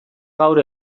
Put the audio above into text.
gaur